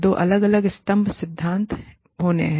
दो अलग अलग स्तंभ सिद्धांत होने हैं